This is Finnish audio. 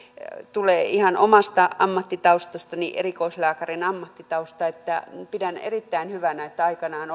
tulee ihan omasta ammattitaustastani erikoislääkärin ammattitaustasta että pidän erittäin hyvänä että aikanaan